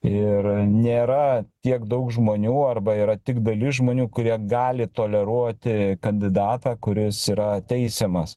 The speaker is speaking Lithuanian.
ir nėra tiek daug žmonių arba yra tik dalis žmonių kurie gali toleruoti kandidatą kuris yra teisiamas